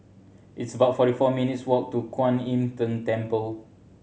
it's about forty four minutes' walk to Kuan Im Tng Temple